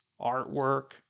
artwork